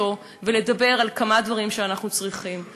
ולדבר על כמה דברים שאנחנו צריכים.